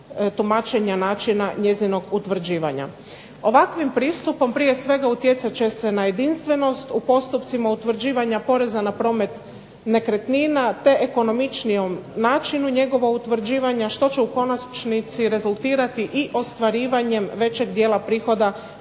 tumačenja načina njezinog utvrđivanja. Ovakvim pristupom prije svega utjecat će se na jedinstvenost u postupcima utvrđivanja poreza na promet nekretnina, te ekonomičnijem načinu njegova utvrđivanja, što će u konačnici rezultirati i ostvarivanjem većeg dijela prihoda